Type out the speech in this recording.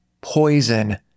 Poison